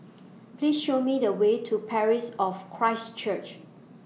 Please Show Me The Way to Parish of Christ Church